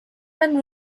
and